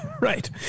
Right